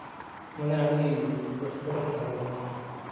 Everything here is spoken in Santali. ᱢᱟᱱᱮ ᱟᱹᱰᱤ ᱠᱚᱥᱴᱚ ᱨᱮᱠᱚ ᱛᱟᱦᱮᱸ ᱠᱟᱱᱟ